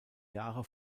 jahre